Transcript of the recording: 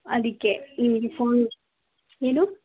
ಅದಕ್ಕೆ ಹ್ಞೂ ಫೋನ್ ಏನು